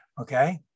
Okay